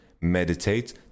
Meditate